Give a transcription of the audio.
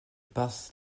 passe